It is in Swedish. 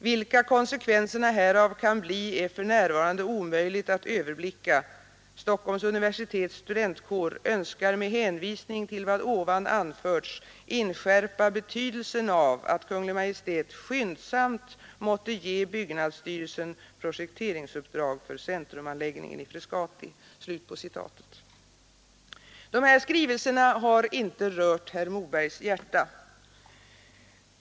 Vilka konsekvenserna härav kan bli är för närvarande omöjligt att överblicka. Stockholms universitets studentkår önskar med hänvisning till vad ovan anförts inskärpa betydelsen av att Kungl. Maj:t skyndsamt måtte ge byggnadsstyrelsen projekteringsuppdrag för centrumanläggningen i Frescati.” Dessa skrivelser har icke rört herr Mobergs hjärta.